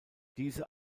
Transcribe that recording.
diese